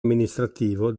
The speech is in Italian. amministrativo